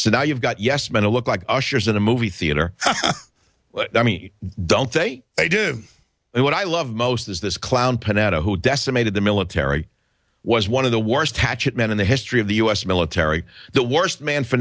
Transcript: so now you've got yes men to look like ushers in a movie theater i mean don't they do what i love most is this clown panetta who decimated the military was one of the worst hatchet men in the history of the us military the worst man for